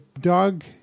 dog